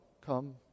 Come